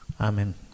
Amen